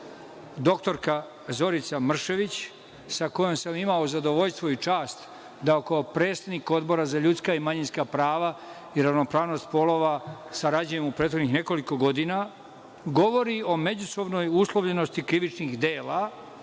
doktorka Zorica Mršević, sa kojom sam imao zadovoljstvo i čast da kao predsednik Odbora za ljudska i manjinska prava i ravnopravnost polova sarađujem u prethodnih nekoliko godina, govori o međusobnoj uslovljenosti krivičnih dela